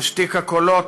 משתיק הקולות,